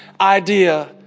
idea